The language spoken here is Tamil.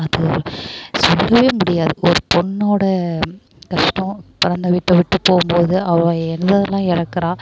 அது சொல்லவே முடியாது ஒரு பொண்ணோட கஷ்டம் பிறந்த வீட்டை விட்டு போகும்போது அவள் எந்த இதெலாம் இழக்குறா